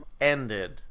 ended